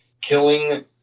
killing